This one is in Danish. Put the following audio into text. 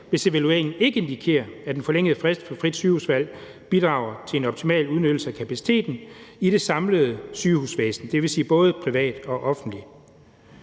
hvis evalueringen ikke indikerer, at den forlængede frist for frit sygehusvalg bidrager til en optimal udnyttelse af kapaciteten i det samlede sygehusvæsen, dvs. både i det private og offentlige,